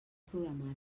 programari